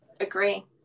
Agree